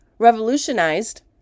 revolutionized